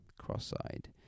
cross-eyed